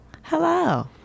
Hello